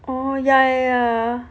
oh yeah yeah